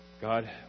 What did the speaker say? God